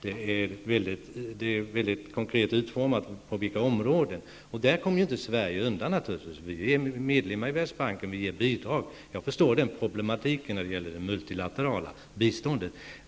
Det är mycket konkret uttryckt på vilka områden det sker, och där kommer Sverige naturligtvis inte undan — vi är medlemmar i Världsbanken och ger bidrag till dess verksamhet. Jag förstår problematiken där när det gäller det multilaterala biståndet.